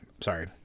sorry